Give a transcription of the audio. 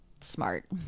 smart